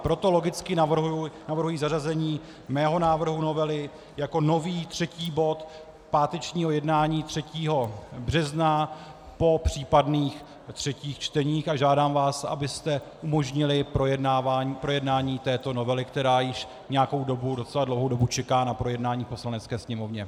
Proto logicky navrhuji zařazení mého návrhu novely jako nový třetí bod pátečního jednání 3. března po případných třetích čteních a žádám vás, abyste umožnili projednání této novely, která již nějakou dobu, docela dlouhou dobu, čeká na projednání v Poslanecké sněmovně.